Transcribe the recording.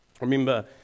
remember